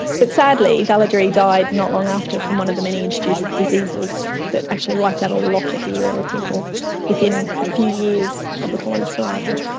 but sadly balloderree died not long after from one of the many introduced diseases that actually wiped out a lot of the eora people within a few years of the colonists' arrival.